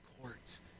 courts